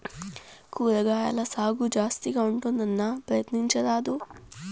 కూరగాయల సాగు జాస్తిగా ఉంటుందన్నా, ప్రయత్నించరాదూ